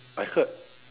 I heard